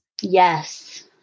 Yes